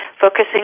focusing